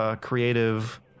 creative